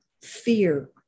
fear